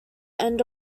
end